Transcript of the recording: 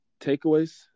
Takeaways